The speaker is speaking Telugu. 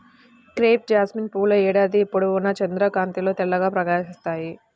క్రేప్ జాస్మిన్ పువ్వుల ఏడాది పొడవునా చంద్రకాంతిలో తెల్లగా ప్రకాశిస్తాయి